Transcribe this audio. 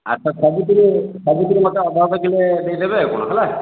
ଆଚ୍ଛା ସବୁଥିରୁ ସବୁଥିରୁ ମତେ ଅଧ ଅଧ କିଲେ ଦେଇଦେବେ ଆଉ କଣ ହେଲା